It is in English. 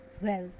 Wealth